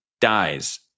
dies